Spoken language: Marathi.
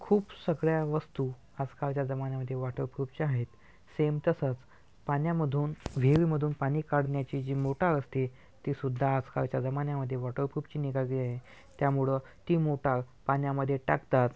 खूप सगळ्या वस्तू आजकालच्या जमान्यामध्ये वॉटरप्रुफच्या आहेत सेम तसंच पाण्यामधून विहिरीमधून पाणी काढण्याची जी मोटार असते ती सुद्धा आजकालच्या जमान्यामध्ये वॉटरप्रुफची निघाली आहे त्यामुळे ती मोटार पाण्यामध्ये टाकताच